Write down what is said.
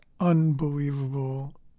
Unbelievable